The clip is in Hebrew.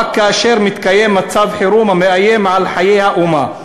רק כאשר מתקיים מצב חירום המאיים על חיי האומה.